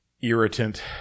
irritant